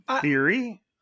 theory